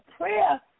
prayer